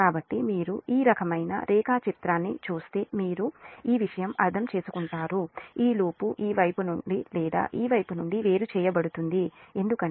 కాబట్టి మీరు ఈ రకమైన రేఖాచిత్రాన్ని చూస్తే మీరు ఈ రకమైన విషయం అర్థం చేసుకుంటారు ఈ లూప్ ఈ వైపు నుండి లేదా ఈ వైపు నుండి వేరు చేయబడుతుంది ఎందుకంటే ఇది